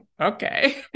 okay